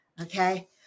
okay